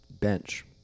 Bench